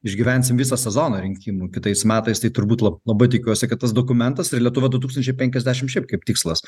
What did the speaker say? išgyvensim visą sezoną rinkimų kitais metais tai turbūt labai tikiuosi kad tas dokumentas ir lietuva du tūkstančiai penkiasdešim šiaip kaip tikslas